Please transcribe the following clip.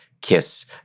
kiss